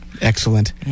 Excellent